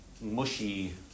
mushy